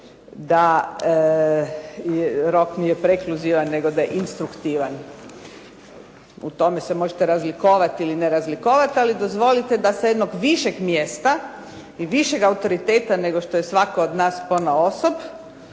da rok nije prekluzivan nego da je instruktivan. U tome se možete razlikovati ili ne razlikovati ali dozvolite da sa jednog višeg mjesta i višeg autoriteta nego što je svatko od nas ponaosob